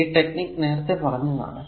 ഈ ടെക്നിക് നേരത്തെ പറഞ്ഞതാണ്